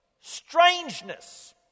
strangeness